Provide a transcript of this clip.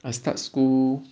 I start school